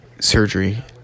surgery